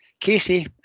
Casey